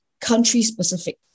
country-specific